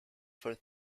for